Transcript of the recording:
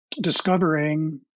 discovering